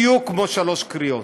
בדיוק כמו שלוש קריאות.